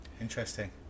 Interesting